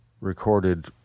recorded